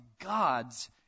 God's